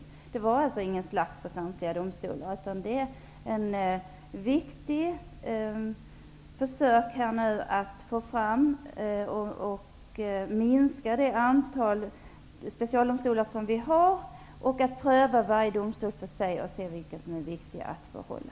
Han säger att det inte innebär någon slakt på samtliga specialdomstolar, utan det är ett viktigt försök att minska det antal specialdomstolar som vi har och pröva varje domstol för sig och se vilka som är viktiga att behålla.